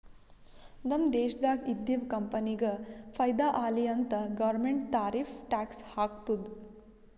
ನಮ್ ದೇಶ್ದಾಗ್ ಇದ್ದಿವ್ ಕಂಪನಿಗ ಫೈದಾ ಆಲಿ ಅಂತ್ ಗೌರ್ಮೆಂಟ್ ಟಾರಿಫ್ ಟ್ಯಾಕ್ಸ್ ಹಾಕ್ತುದ್